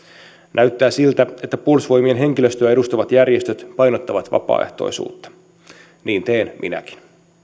näyttää siltä että puolustusvoimien henkilöstöä edustavat järjestöt painottavat vapaaehtoisuutta niin teen minäkin